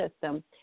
system